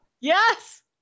yes